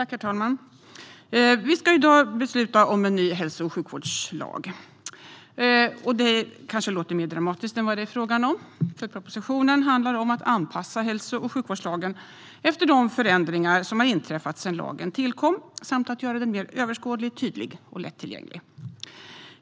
Herr talman! Vi ska i dag besluta om en ny hälso och sjukvårdslag. Det låter kanske mer dramatiskt än vad det är, för propositionen handlar om att anpassa hälso och sjukvårdslagen efter de förändringar som har inträffat sedan lagen tillkom och att göra den mer överskådlig, tydlig och lättillgänglig.